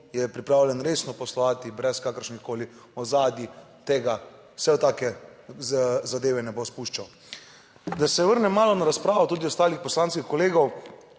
je pripravljen resno poslovati brez kakršnihkoli ozadij, se v take zadeve ne bo spuščal. Da se vrnem malo na razpravo tudi ostalih poslanskih kolegov,